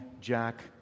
Jack